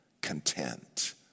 content